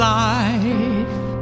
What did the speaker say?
life